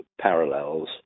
parallels